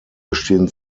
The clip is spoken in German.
bestehen